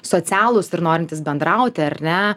socialūs ir norintys bendrauti ar ne